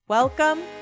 Welcome